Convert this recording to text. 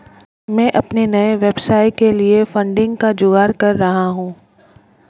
मैं अपने नए व्यवसाय के लिए फंडिंग का जुगाड़ कर रही हूं